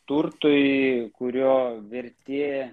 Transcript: turtui kurio vertė